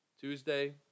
Tuesday